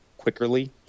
quickerly –